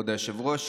כבוד היושב-ראש,